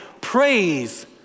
Praise